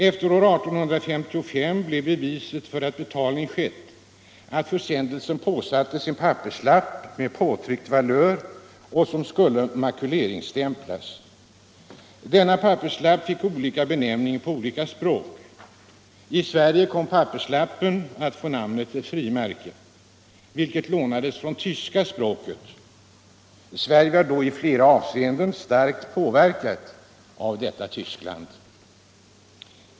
Efter år 1855 blev beviset för att betalning skett att försändelsen åsattes en papperslapp med påtryckt valör som skulle makuleringsstämpas. Denna papperslapp fick olika benämning på olika språk. I Sverige kom papperslappen att få namnet frimärke, vilket lånades från tyska språket. Sverige var då i flera avseenden starkt påverkat av detta Tyskland.